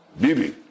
Bibi